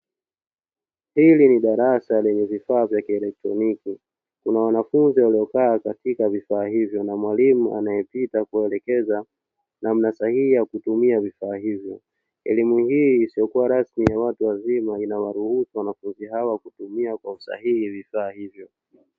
Hili ni darasa lenye vifaa vya kielektroniki. Kuna wanafunzi waliokaa katika vifaa hivyo na mwalimu anayepita kuelekeza namna sahihi ya kutumia vifaa hivyo. Elimu hii isiyokuwa rasmi ya watu wazima inawaruhusu wanafunzi hawa kutumia kwa usahihi vifaa hivyo.